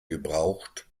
gebraucht